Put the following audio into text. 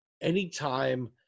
anytime